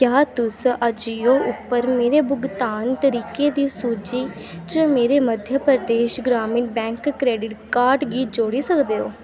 क्या तुस अजीओ उप्पर मेरे भुगतान तरीकें दी सूची च मेरे Madhya Pradesh Gramin bank credit card गी जोड़ी सकदे ओ